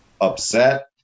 upset